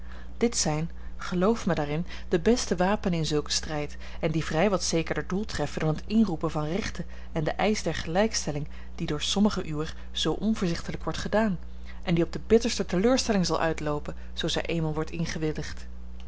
dit zijn geloof mij daarin de beste wapenen in zulken strijd en die vrij wat zekerder doel treffen dan het inroepen van rechten en de eisch der gelijkstelling die door sommigen uwer zoo onvoorzichtiglijk wordt gedaan en die op de bitterste teleurstelling zal uitloopen zoo zij eenmaal wordt